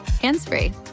hands-free